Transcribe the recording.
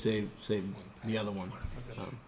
save save the other one